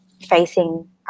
facing